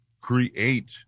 create